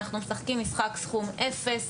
אנחנו משחקים משחק סכום אפס,